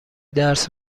درس